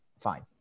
Fine